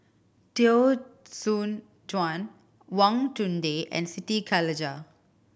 Teo Soon Chuan Wang Chunde and Siti Khalijah